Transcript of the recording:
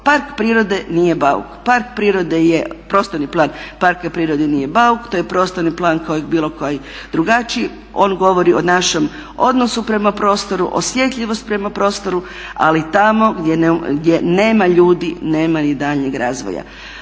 analizirati sve ostalo. Prostorni plan parka prirode nije bauk. To je prostorni plan kao i bilo koji drugi. On govori o našem odnosu prema prostoru, osjetljivosti prema prostoru ali tamo gdje nema ljudi nema ni daljnjeg razvoja.